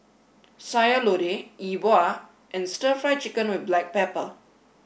Sayur Lodeh E Bua and Stir Fry Chicken with Black Pepper